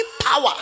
power